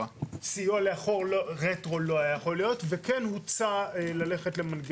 אדייק את הדברים כי מה שנאמר כאן לעמדתנו לא נכון.